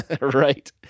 right